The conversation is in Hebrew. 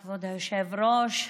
כבוד היושב-ראש,